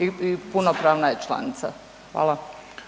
i punopravna je članica. Hvala.